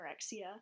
anorexia